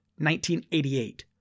1988